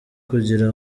kugira